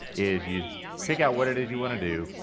is you pick out what it is you want to do,